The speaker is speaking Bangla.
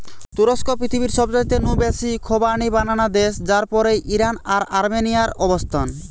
তুরস্ক পৃথিবীর সবচাইতে নু বেশি খোবানি বানানা দেশ যার পরেই ইরান আর আর্মেনিয়ার অবস্থান